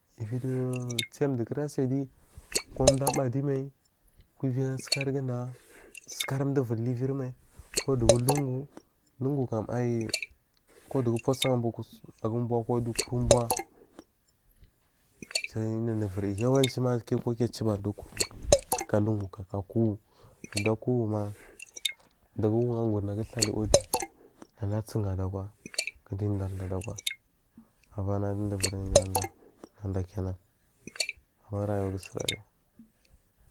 Uwuviyi duwo tsiya duwu kurasi adiyi ku duwo abu adiyi mai ku uviyi asukariguda sukari duwo uviri luvi rimai owu dugu uzuwo lungu lungukam ayi kowu dugu pusuwa ubowokuso a ga ubowoku a dowa kura abua sai jan nadu uvirida yawan cima kukiya a ciwoba a tuwo kur kaka lungu kaka a kowo wuu na a kowu wuma dugu wuu ugur na agu utaliyi wudiyi naja asugu ala kwa gada udaida ala kwa abana duda uviri darida nada ken nan aban rayuwa gusuyarrari.